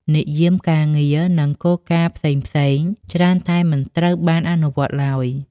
និយាមការងារ និងគោលការណ៍ផ្សេងៗច្រើនតែមិនត្រូវបានអនុវត្តឡើយ។